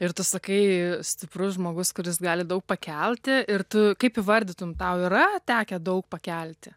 ir tu sakai stiprus žmogus kuris gali daug pakelti ir tu kaip įvardytum tau yra tekę daug pakelti